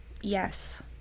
Yes